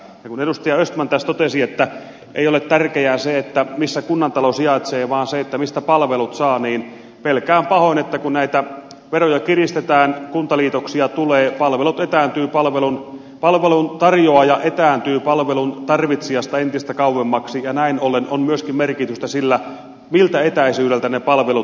kun edustaja östman tässä totesi että ei ole tärkeää se missä kunnantalo sijaitsee vaan se mistä palvelut saa niin pelkään pahoin että kun näitä veroja kiristetään kuntaliitoksia tulee ja palvelun tarjoaja etääntyy palvelun tarvitsijasta entistä kauemmaksi ja näin ollen on myöskin merkitystä sillä miltä etäisyydeltä ne palvelut saa